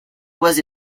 was